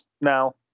now